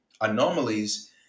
anomalies